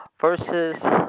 versus